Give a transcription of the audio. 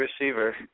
receiver